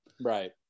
Right